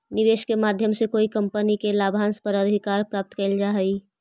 निवेश के माध्यम से कोई कंपनी के लाभांश पर अधिकार प्राप्त कैल जा हई